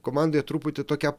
komandoje truputį tokia